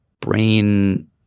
brain